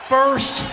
First